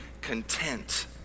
content